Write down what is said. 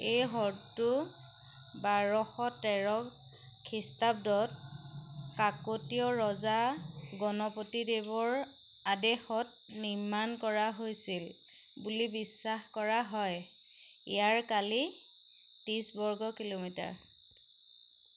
এই হ্ৰদটো বাৰশ তেৰ খ্ৰীষ্টাব্দত কাকতীয় ৰজা গণপতিদেৱৰ আদেশত নিৰ্মাণ কৰা হৈছিল বুলি বিশ্বাস কৰা হয় ইয়াৰ কালি ত্ৰিছ বৰ্গ কিলোমিটাৰ